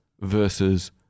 Versus